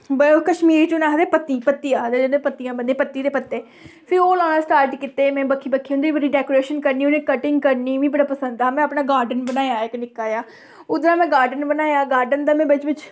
बडे़ कश्मीर च उ'नें ई आखदे पत्ती पत्ती आखदे पत्तियां बनने पत्ती दे पत्ते ते फ्ही ओह् लाना स्टार्ट कीते में बक्खी बक्खी उं'दी डेकोरेशन करनी उ'नें ई कटिंग करनी मीं बड़ा पसंद हा में अपना गॉर्डन बनाया इक नि'क्का जनेहा उद्धरा में गॉर्डन बनाया गॉर्डन दे में बिच बिच